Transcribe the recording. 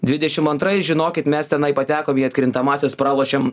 dvidešim antrais žinokit mes tenai patekom į atkrintamąsias pralošėm